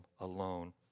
alone